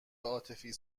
عاطفی